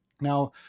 Now